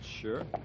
Sure